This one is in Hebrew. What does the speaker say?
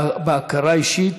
מהיכרות אישית,